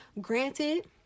granted